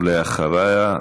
בבקשה, ואחריה,